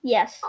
Yes